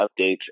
updates